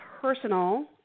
personal